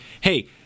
hey